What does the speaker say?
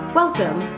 welcome